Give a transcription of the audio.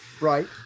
Right